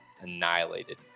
annihilated